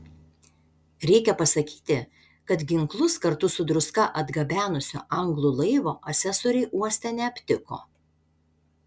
reikia pasakyti kad ginklus kartu su druska atgabenusio anglų laivo asesoriai uoste neaptiko